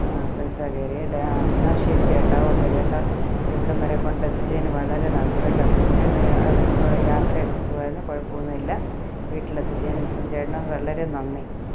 ആ പൈസ കയറി അല്ലെ ആ എന്നാ ശരി ചേട്ടാ ഓക്കെ ചേട്ടൻ ഇവിടം വരെ കൊണ്ടെത്തിച്ചതിന് വളരെ നന്ദി കേട്ടൊ ചേട്ടൻ്റെ യാത്രയൊക്കെ സുഖമായിരുന്നു കുഴപ്പമൊന്നുമില്ല വീട്ടിലെത്തിച്ചതിന് ചേട്ടന് വളരെ നന്ദി